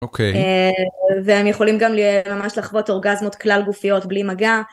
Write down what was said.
והם יכולים גם ממש לחוות אורגזמות כלל גופיות בלי מגע.